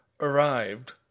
arrived